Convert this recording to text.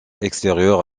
extérieurs